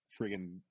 friggin